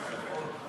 הציוני לסעיף 1